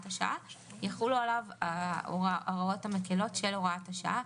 השעה יחולו עליו ההוראות המקלות של הוראת השעה,